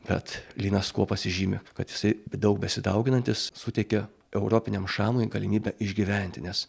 bet lynas kuo pasižymi kad jisai daug besidauginantis suteikia europiniam šamui galimybę išgyventi nes